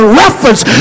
reference